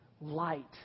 light